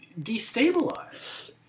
destabilized